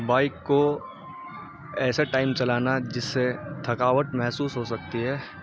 bike کو ایسا time چلانا جس سے تھکاوٹ محسوس ہو سکتی ہے